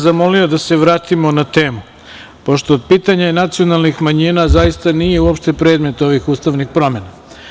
Zamolio bih vas da se vratimo na temu, pošto pitanje nacionalnih manjina nije uopšte predmet ovih ustavnih promena.